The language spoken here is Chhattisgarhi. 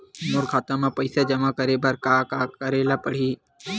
मोर खाता म पईसा जमा करे बर का का करे ल पड़हि?